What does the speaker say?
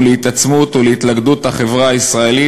להתעצמות ולהתלכדות החברה הישראלית,